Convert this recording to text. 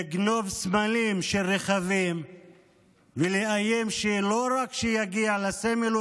לגנוב סמלים של רכבים ולאיים שלא רק שיגיע לסמל,